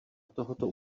tohoto